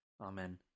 Amen